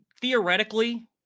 theoretically